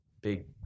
big